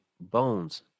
bones